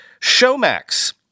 Showmax